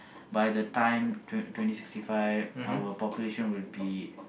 by the time twe~ twenty sixty five our population would be